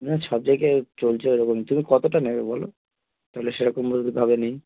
না সব জায়গায় চলছে ওই রকম তুমি কতোটা নেবে বলো তালে সেরকমভাবে ভাবে নিই